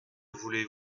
voulez